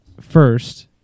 first